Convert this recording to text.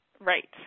Right